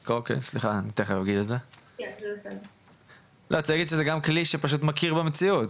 רציתי להגיד שזה גם כלי שפשוט מכיר במציאות,